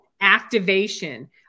Activation